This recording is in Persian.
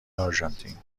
آرژانتین